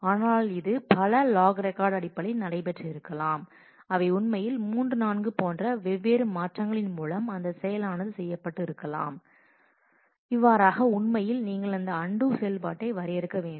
ஆனால் இது பல லாக் ரெக்கார்டு அடிப்படையில் நடைபெற்று இருக்கலாம் அவை உண்மையில் மூன்று நான்கு போன்ற வெவ்வேறு மாற்றங்களின் மூலம் அந்தச் செயலானது செய்யப்பட்டு இருக்கலாம் இவ்வாறாக உண்மையில் நீங்கள் அந்த அன்டூ செயல்பாட்டை வரையறுக்க வேண்டும்